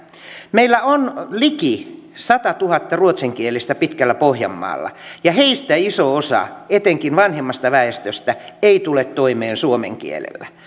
meillä on liki satatuhatta ruotsinkielistä pitkällä pohjanmaalla ja heistä iso osa etenkin vanhemmasta väestöstä ei tule toimeen suomen kielellä